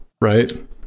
right